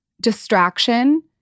distraction